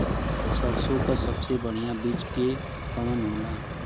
सरसों क सबसे बढ़िया बिज के कवन होला?